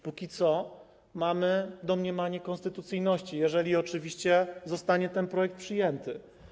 Póki co mamy domniemanie konstytucyjności, jeżeli oczywiście zostanie ten projekt przyjęty.